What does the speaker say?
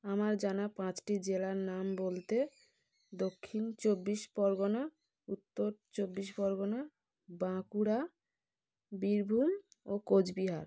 আমার জানা পাঁচটি জেলার নাম বলতে দক্ষিণ চব্বিশ পরগনা উত্তর চব্বিশ পরগনা বাঁকুড়া বীরভূম ও কোচবিহার